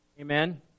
Amen